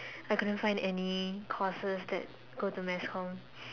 I couldn't find any courses that go to mass com